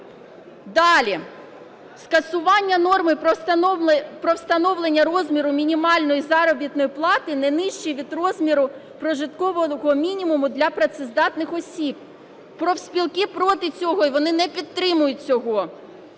Далі. Скасування норми про встановлення розміру мінімальної заробітної плати не нижче від розміру прожиткового мінімуму для працездатних осіб. Профспілки проти цього і вони не підтримують цього.